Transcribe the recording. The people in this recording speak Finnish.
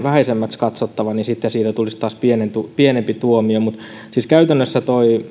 vähäisemmäksi katsottava tulisi pienempi pienempi tuomio siis käytännössä